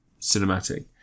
cinematic